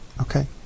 Okay